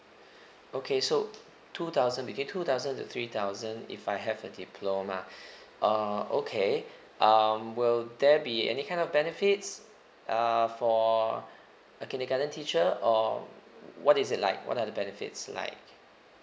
okay so two thousand between two thousand to three thousand if I have a diploma uh okay um will there be any kind of benefits uh for a kindergarten teacher or what is it like what are the benefits like